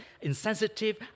insensitive